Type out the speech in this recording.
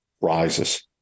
rises